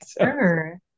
Sure